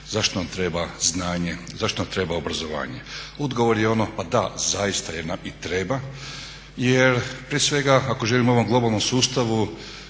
zašto nam treba znanje, zašto nam treba obrazovanje? Odgovor je ono pa da zaista nam treba jer prije svega ako želimo u ovom globalnom sustavu